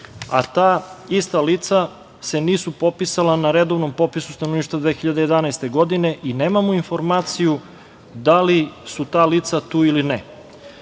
Ta ista lica se nisu popisala na redovnom popisu stanovništva 2011. godine i nemamo informaciju da li su ta lica tu ili ne. Kao